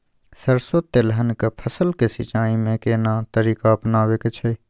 सरसो तेलहनक फसल के सिंचाई में केना तरीका अपनाबे के छै?